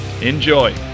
Enjoy